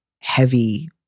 heavy